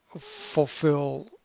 fulfill